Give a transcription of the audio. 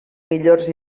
millors